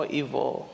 evil